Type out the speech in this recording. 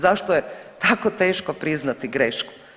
Zašto je tako teško priznati grešku?